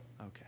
Okay